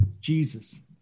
jesus